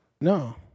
No